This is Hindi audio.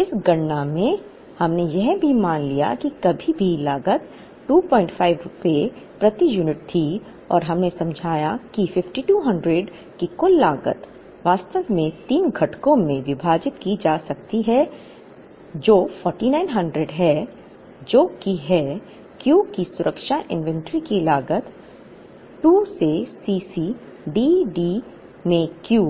इस गणना में हमने यह भी मान लिया कि कमी की लागत 25 रुपये प्रति यूनिट थी और हमने समझाया कि 5200 की कुल लागत वास्तव में 3 घटकों में विभाजित की जा सकती है जो 4900 है जो कि है Q की सुरक्षा इन्वेंट्री की लागत 2 से C c D D में Q